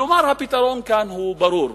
כלומר, הפתרון כאן הוא ברור.